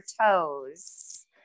toes